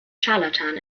scharlatan